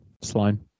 Slime